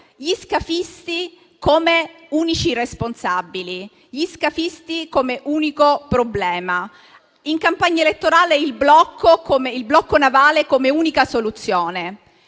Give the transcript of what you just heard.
gli scafisti come unici responsabili, gli scafisti come unico problema; in campagna elettorale, il blocco navale come unica soluzione.